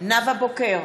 נאוה בוקר,